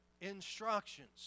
instructions